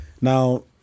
Now